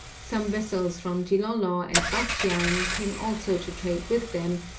some vessels from gilolo and batchian came also to trade with them,